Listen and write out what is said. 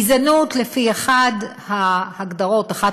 גזענות לפי אחת ההגדרות,